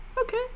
okay